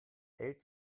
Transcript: hält